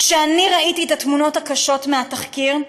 כשאני ראיתי את התמונות הקשות מהתחקיר,